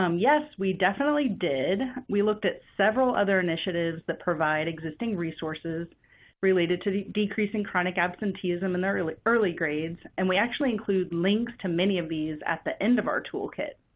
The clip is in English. um yes, we definitely did. we looked at several other initiatives that provide existing resources related to the decrease in chronic absenteeism in early early grades, and we actually include links to many of these at the end of our toolkit.